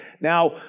Now